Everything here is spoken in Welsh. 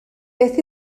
beth